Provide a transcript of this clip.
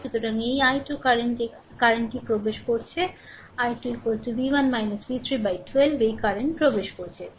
সুতরাং এই i2 কারেন্টে এই কারেন্ট টি প্রবেশ করছে i 2 v1 v3 বাই 12 এই কারেন্ট প্রবেশ করছে